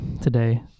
today